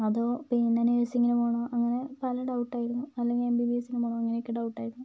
അതോ പിന്നെ നഴ്സിങ്ങിന് പോകണോ അങ്ങനെ പല ഡൌട്ട് ആയിരുന്നു അല്ലെങ്കിൽ എം ബി ബി എസ് ന് പോകണോ അങ്ങനെയൊക്കെ ഡൌട്ടായിരുന്നു